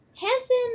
Hansen